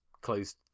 closed